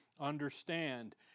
understand